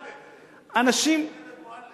אנשים, אהב את זה.